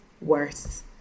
worse